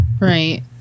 Right